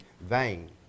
vain